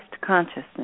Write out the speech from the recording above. consciousness